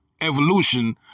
evolution